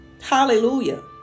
Hallelujah